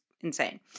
insane